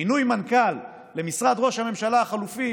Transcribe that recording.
מינוי מנכ"ל למשרד ראש הממשלה החלופי